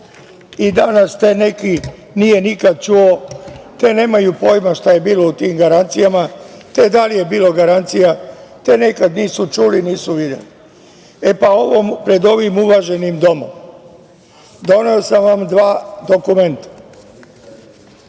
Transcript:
i danas ti neki, nije nikada čuo, te nemaju pojma šta je bilo u tim garancijama, te da li je bilo garancija, te nikada nisu čuli, nisu videli. Pred ovim uvaženim domom, doneo sam vam dva dokumenta.